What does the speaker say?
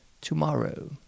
tomorrow